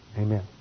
Amen